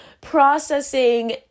processing